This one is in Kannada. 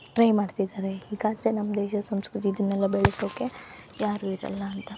ಟ್ರೈ ಮಾಡ್ತಿದಾರೆ ಹೀಗೆ ಆದರೆ ನಮ್ಮ ದೇಶದ ಸಂಸ್ಕೃತಿ ಇದುನೆಲ್ಲ ಬೆಳ್ಸೋಕೆ ಯಾರು ಇರಲ್ಲಾಂತ